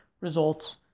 results